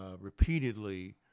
repeatedly